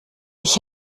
ich